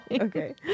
Okay